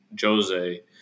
Jose